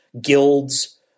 guilds